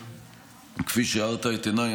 כפי שהארת את עיניי,